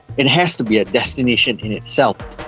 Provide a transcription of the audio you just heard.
it has to be a destination in itself.